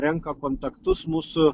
renka kontaktus mūsų